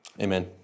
Amen